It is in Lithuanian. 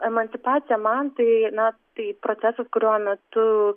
emancipacija man tai na tai procesas kurio metu